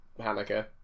Hanukkah